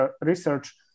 research